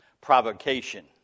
Provocation